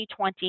2020